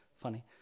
Funny